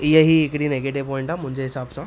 इहा ई हिकिड़ी नैगिटिव पोइंट आहे मुंहिंजे हिसाब सां